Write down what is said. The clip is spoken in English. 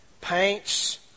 paints